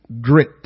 Grit